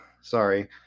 Sorry